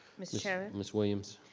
mr. chairman? ms. williams.